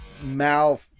mal